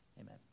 amen